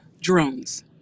drones